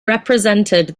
represented